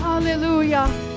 Hallelujah